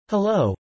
Hello